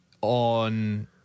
on